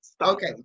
Okay